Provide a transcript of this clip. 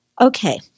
Okay